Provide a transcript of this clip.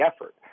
effort